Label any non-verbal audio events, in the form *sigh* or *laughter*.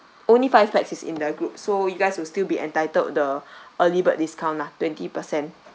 only five pax is in the group so you guys will still be entitled the *breath* early bird discount lah twenty percent